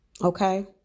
Okay